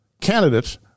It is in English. candidates